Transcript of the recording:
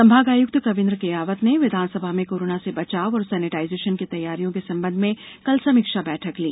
संभागायुक्त कवीन्द्र कियावत ने विधानसभा में कोरोना से बचाव और सैनिटाइर्जेशन की तैयारियों के संबंध में कल समीक्षा बैठक ली